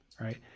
right